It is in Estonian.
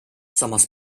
samas